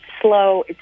slow